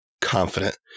confident